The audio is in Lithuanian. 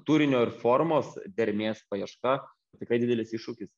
turinio ir formos dermės paieška tikrai didelis iššūkis